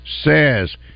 says